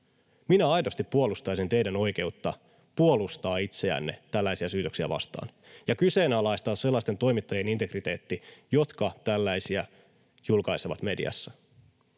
minä aidosti puolustaisin teidän oikeutta puolustaa itseänne tällaisia syytöksiä vastaan ja kyseenalaistaisin sellaisten toimittajien integriteettiä, jotka tällaisia julkaisevat mediassa.